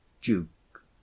Duke